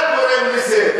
אתה תורם לזה.